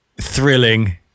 thrilling